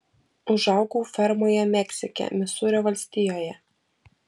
užaugau fermoje meksike misūrio valstijoje